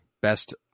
Best